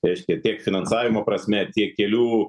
reiškia tiek finansavimo prasme tiek kelių